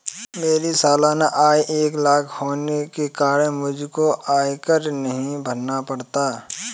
मेरी सालाना आय एक लाख होने के कारण मुझको आयकर नहीं भरना पड़ता